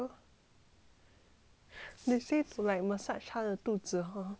they say to like massage 它的肚子 hor 那我每次都 massage